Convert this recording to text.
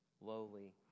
lowly